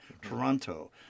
toronto